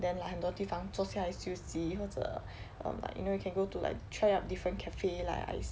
then like 很多地方坐下来休息或者 um like you know you can go to like try out different cafe like I see